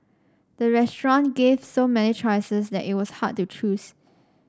the restaurant gave so many choices that it was hard to choose